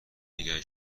نگه